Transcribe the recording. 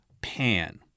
Pan